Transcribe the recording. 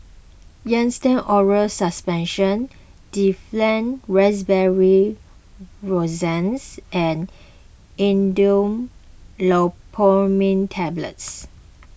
Nystatin Oral Suspension Difflam Raspberry Lozenges and Imodium Loperamide Tablets